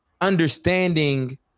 understanding